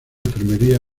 enfermería